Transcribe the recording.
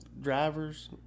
Drivers